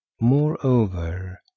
moreover